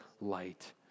light